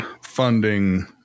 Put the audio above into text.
funding